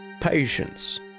Patience